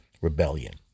rebellion